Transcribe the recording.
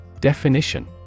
Definition